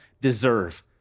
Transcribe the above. deserve